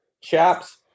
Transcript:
Chaps